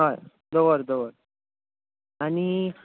हय दवर दवर आनी